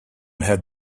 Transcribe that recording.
had